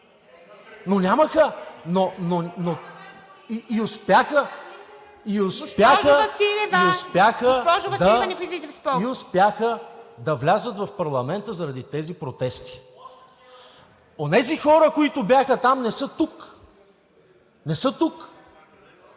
БИКОВ: …и успяха да влязат в парламента заради тези протести. Онези хора, които бяха там, не са тук. (Шум